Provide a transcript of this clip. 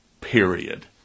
Period